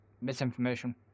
misinformation